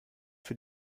für